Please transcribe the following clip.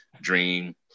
dream